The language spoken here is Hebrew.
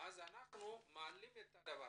ולכן אנחנו מעלים את הדבר